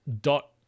dot